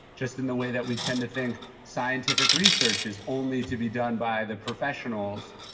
just in the way that we tend to think scientific research is only to be done by the professionals,